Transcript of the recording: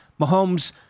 Mahomes